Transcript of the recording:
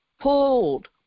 pulled